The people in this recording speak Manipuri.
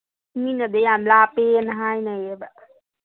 ꯃꯤꯅꯗꯤ ꯌꯥꯝ ꯂꯥꯞꯄꯦ ꯍꯥꯏꯅꯩꯌꯦꯕ